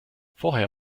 vorher